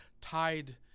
tied